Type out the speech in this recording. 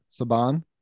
Saban